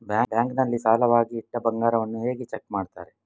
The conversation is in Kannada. ಬ್ಯಾಂಕ್ ನಲ್ಲಿ ಸಾಲವಾಗಿ ಇಟ್ಟ ಬಂಗಾರವನ್ನು ಹೇಗೆ ಚೆಕ್ ಮಾಡುತ್ತಾರೆ?